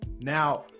Now